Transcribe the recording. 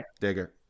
Digger